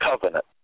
covenant